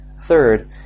Third